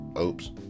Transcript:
oops